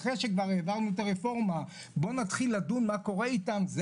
אחרי שכבר העברנו את הרפורמה,